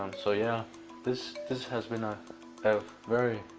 um so, yeah this this has been a very